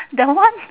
that one